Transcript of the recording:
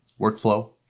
workflow